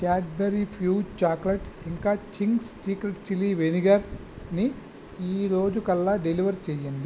Cadbury Fuse chocolate ఇంకా Ching's secret chilli వెనిగర్ని ఈ రోజుకల్లా డెలివర్ చేయండి